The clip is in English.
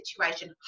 situation